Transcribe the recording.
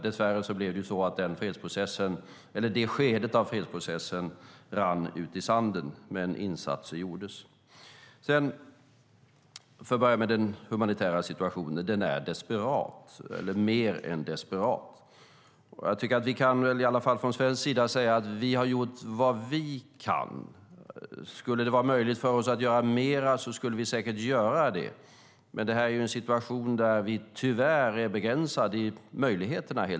Dess värre rann det skedet av fredsprocessen ut i sanden, men insatser gjordes. Den humanitära situationen är desperat, eller mer än desperat. Vi kan från svensk sida i alla fall säga att vi har gjort vad vi kunnat. Vore det möjligt för oss att göra mer skulle vi säkert göra det, men det är en situation där vi tyvärr helt enkelt är begränsade i möjligheterna.